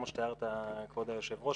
כמו שתיארת כבוד היושב ראש,